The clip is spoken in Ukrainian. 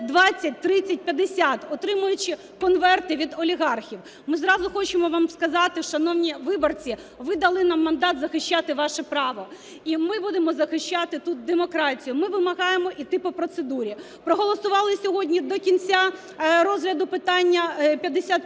20/30/50, отримуючи "конверти" від олігархів. Ми зразу хочемо вам сказати, шановні виборці, ви дали нам мандат захищати ваше право, і ми будемо захищати тут демократію. Ми вимагаємо йти по процедурі. Проголосували сьогодні до кінця розгляду питання 5599